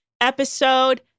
Episode